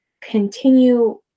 continue